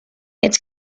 its